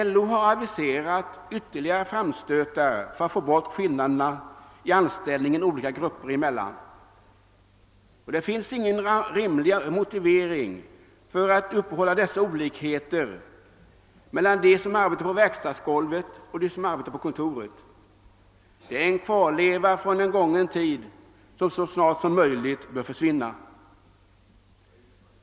LO har aviserat ytterligare framstötar för att få bort skillnaden i anställningen för olika grupper, ty det finns ingen rimlig motivering för att uppehålla dessa olikheter mellan dem som arbetar på verkstadsgolvet och dem som arbetar på kontoret. Det är en kvarleva från en gången tid som så snart som möjligt bör försvinna.